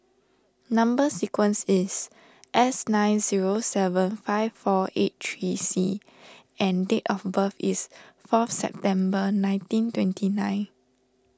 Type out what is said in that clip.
Number Sequence is S nine zero seven five four eight three C and date of birth is fourth September nineteen twenty nine